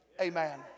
Amen